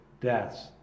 deaths